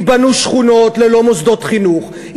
ייבנו שכונות ללא מוסדות חינוך,